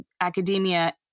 academia